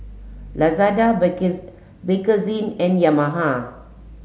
Lazada Bakerzin and Yamaha